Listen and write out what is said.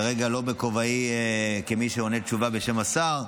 כרגע לא בכובעי כמי שעונה תשובה בשם השר,